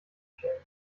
stellen